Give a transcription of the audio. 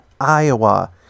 Iowa